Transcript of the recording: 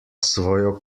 svojo